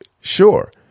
Sure